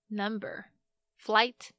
number,flight